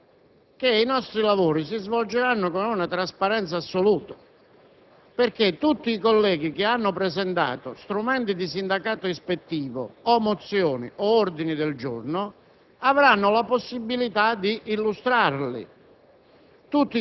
Del resto, Presidente, è del tutto evidente che i nostri lavori si svolgeranno con una trasparenza assoluta. Infatti, tutti i colleghi che hanno presentato strumenti di sindacato ispettivo, mozioni o ordini del giorno